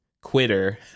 Quitter